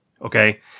okay